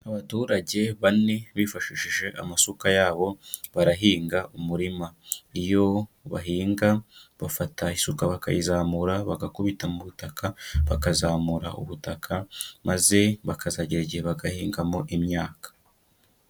Abaturage bane bifashishije amasuka yabo barahinga umurima. Iyo bahinga bafata isuka bakayizamura, bagakubita mu butaka, bakazamura ubutaka maze bakazagera igihe bagahingamo imyaka.